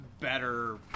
better